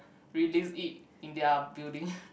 release it in their building